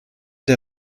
der